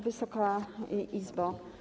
Wysoka Izbo!